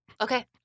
okay